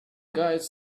guides